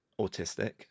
autistic